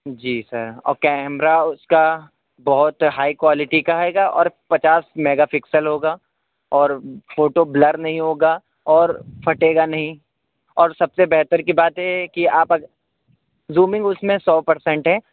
جی sir اور camera اس کا بہت ہائی کوالٹی کا ہے گا اور پچاس میگا پکسل ہوگا اور فوٹو بلر نہیں ہوگا اور پھٹے گا نہیں اور سب سے بہتر کی بات یہ ہے کہ آپ اگر زومنگ اس میں سو پر سینٹ ہے